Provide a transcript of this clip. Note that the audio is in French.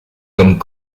comme